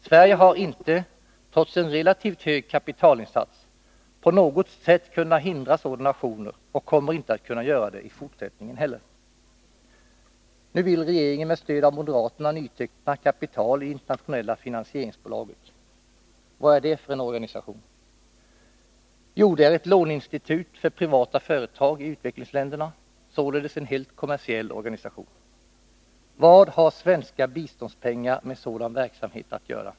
Sverige har inte trots en relativt hög kapitalinsats på något sätt kunnat hindra sådana aktioner och kommer inte att kunna göra det i fortsättningen heller. Nu vill regeringen med stöd av moderaterna nyteckna kapital i Internationella finansieringsbolaget. Vad är då det för en organisation? Jo, det är ett låneinstitut för privata företag i u-länderna, således en helt kommersiell organisation. Vad har svenska biståndspengar med sådan verksamhet att göra?